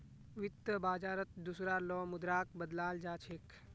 वित्त बाजारत दुसरा लो मुद्राक बदलाल जा छेक